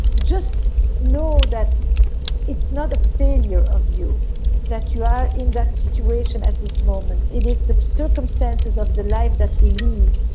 just know that it's not a failure of you that you are in that situation at this moment. it is the circumstances of the life that we lead.